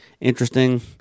interesting